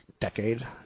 decade